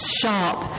sharp